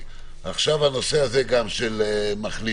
עכשיו הנושא הזה של מחלימים,